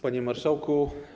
Panie Marszałku!